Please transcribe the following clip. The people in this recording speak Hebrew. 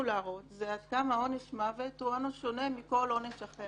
להראות זה עד כמה עונש מוות הוא עונש שונה מכל עונש אחר.